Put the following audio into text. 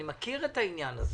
אני מכיר את העניין הזה.